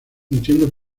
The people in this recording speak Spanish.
entiendo